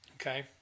Okay